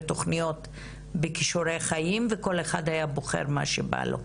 תוכניות בכישורי חיים וכל אחד היה בוחר מה שבא לו.